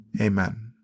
Amen